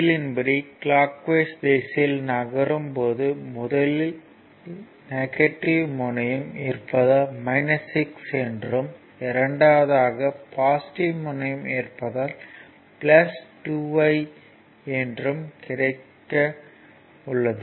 L இன் படி clockwise திசையில் நகரும் போது முதலில் நெகட்டிவ் முனையம் இருப்பதால் 6 என்றும் இரண்டாவதாக பாசிட்டிவ் முனையம் இருப்பதால் 2 I என்றும் கிடைத்து உள்ளது